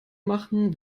machen